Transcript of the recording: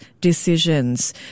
decisions